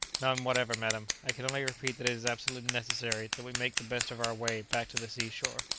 none whatever, madam i can only repeat that it is absolutely necessary that we make the best of our way back to the sea-shore.